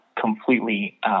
completely –